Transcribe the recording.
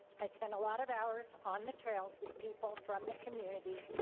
i spend a lot of hours on the trails with people from the community,